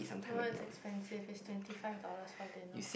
no it's expensive it's twenty five dollars for dinner